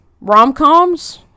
Rom-coms